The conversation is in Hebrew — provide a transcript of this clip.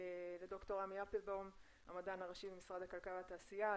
לדוקטור עמי אפלבאום המדען הראשי במשרד הכלכלה והתעשייה,